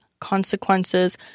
consequences